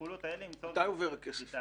הפעולות האלה נמצאות בתהליך --- מתי עובר הכסף?